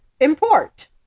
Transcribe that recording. import